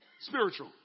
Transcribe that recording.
Spiritual